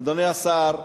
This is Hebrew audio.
אדוני השר,